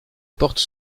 porte